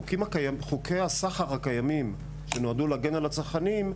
חוקי הסחר הקיימים שנועדו להגן על הצרכנים,